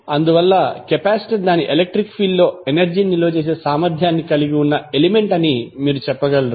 అందువల్ల కెపాసిటర్ దాని electric field లో ఎనర్జీ ని నిల్వ చేసే సామర్థ్యాన్ని కలిగి ఉన్న ఎలిమెంట్ అని మీరు చెప్పగలరు